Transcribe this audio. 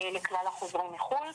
לכלל החוזרים מחו"ל,